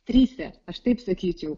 trise aš taip sakyčiau